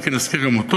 אם כי נזכיר גם אותו.